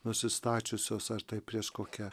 nusistačiusios ar tai prieš kokią